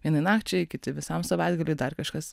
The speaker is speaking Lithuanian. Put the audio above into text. vienai nakčiai kiti visam savaitgaliui dar kažkas